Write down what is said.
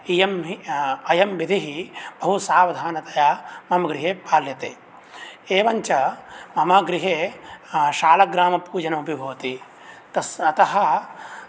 इयं हि अयं विधिः बहु सावधानतया मम गृहे पाल्यते एवञ्च मम गृहे शालग्रामपूजनमपि भवति तस् अतः